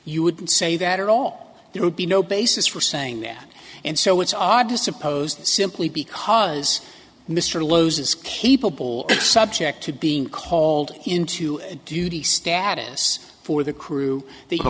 you wouldn't say that at all there would be no basis for saying that and so it's odd to suppose simply because mr lowe's is capable subject to being called into duty status for the crew the